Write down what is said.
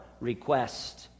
request